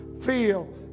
feel